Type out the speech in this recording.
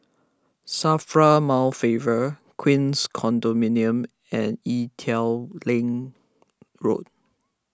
Safra Mount Favor Queens Condominium and Ee Teow Leng Road